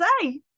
say